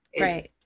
right